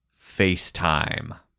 FaceTime